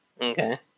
Okay